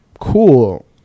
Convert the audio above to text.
cool